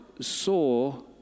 saw